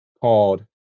called